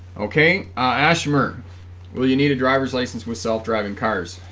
okay ashburn well you need a driver's license with self-driving cars